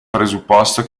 presupposto